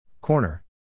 Corner